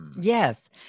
Yes